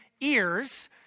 ears